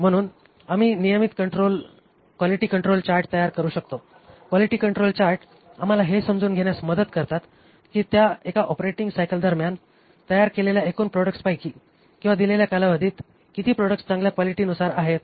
म्हणून आम्ही नियमित क्वालिटी कंट्रोल चार्ट तयार करू शकतो क्वालिटी कंट्रोल चार्ट आम्हाला हे समजून घेण्यात मदत करतात की त्या एका ऑपरेटिंग सायकल दरम्यान तयार केलेल्या एकूण प्रॉडक्ट्सपैकी किंवा दिलेल्या कालावधीत किती प्रॉडक्ट्स चांगल्या क्वालिटीनुसार आहेत